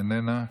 איננה.